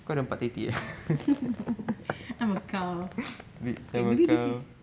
I'm a cow okay maybe this is